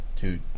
dude